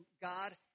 God